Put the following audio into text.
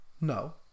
no